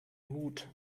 mut